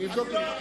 אני אבדוק את זה.